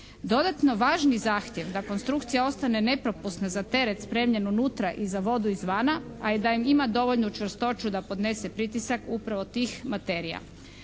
Dodatno važni zahtjev da konstrukcija ostane nepropusna za teret spremljen unutra i za vodu izvana, a i da ima dovoljnu čvrstoću da podnese pritisak upravo tih materija.